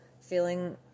feeling